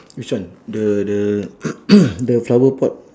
which one the the the flower pot